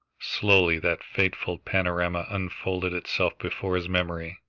slowly that fateful panorama unfolded itself before his memory.